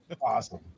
awesome